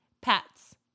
pets